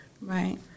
Right